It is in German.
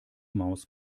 maus